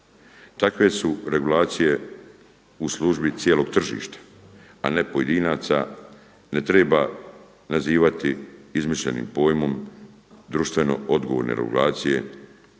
Takve su regulacije u službi cijelog tržišta, a ne pojedinaca. Ne treba nazivati izmišljenim pojmom društveno odgovorne regulacije